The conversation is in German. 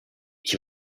ich